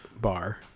bar